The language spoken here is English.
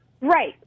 right